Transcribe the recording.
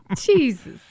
Jesus